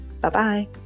Bye-bye